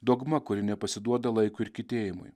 dogma kuri nepasiduoda laikui ir kitėjimui